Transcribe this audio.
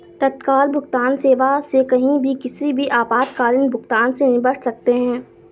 तत्काल भुगतान सेवा से कहीं भी किसी भी आपातकालीन भुगतान से निपट सकते है